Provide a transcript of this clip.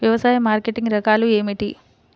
వ్యవసాయ మార్కెటింగ్ రకాలు ఏమిటి?